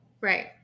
Right